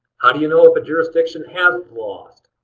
how do you know if a jurisdiction has lost?